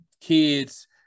kids